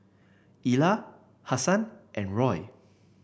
Ilah Hasan and Roy